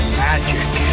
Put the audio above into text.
magic